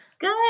Good